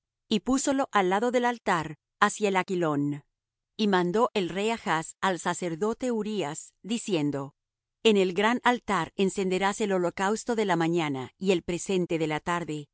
y púsolo al lado del altar hacia el aquilón y mandó el rey achz al sacerdote urías diciendo en el gran altar encenderás el holocausto de la mañana y el presente de la tarde